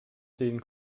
sehen